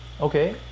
Okay